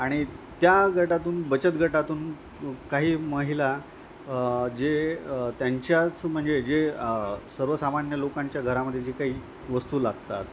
आणि त्या गटातून बचत गटातून काही महिला जे त्यांच्याच म्हणजे जे सर्वसामान्य लोकांच्या घरामध्ये जे काही वस्तू लागतात